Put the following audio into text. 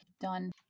done